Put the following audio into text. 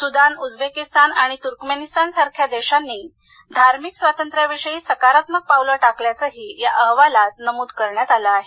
Sudan Uzbekistan आणि Turkmenistan सारख्या देशांनी धार्मिक स्वातंत्र्याविषयी सकारात्मक पावले टाकल्याचेही या अहवालात नमूद केलं आहे